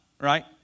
Right